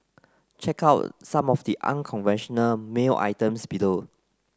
check out some of the unconventional mail items below